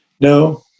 No